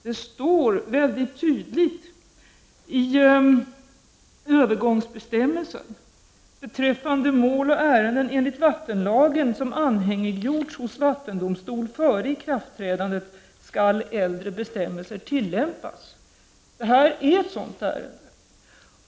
Det står alldeles tydligt i övergångsbestämmelserna: ”Beträffande mål och ärenden enligt vattenlagen som anhängiggjorts hos vattendomstolen före ikraftträdande skall äldre bestämmelser tillämpas.” Det här är ett sådant ärende.